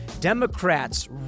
Democrats